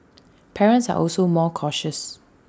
parents are also more cautious